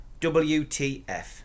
WTF